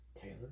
Taylor